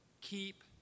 keep